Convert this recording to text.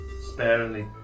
sparingly